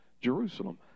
Jerusalem